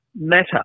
matter